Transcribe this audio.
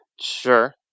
Sure